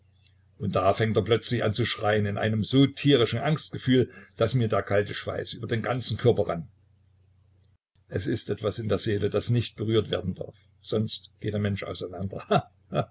und da fängt er plötzlich an zu schreien in einem so tierischen angstgefühl daß mir der kalte schweiß über den ganzen körper rann es ist etwas in der seele das nicht berührt werden darf sonst geht der mensch auseinander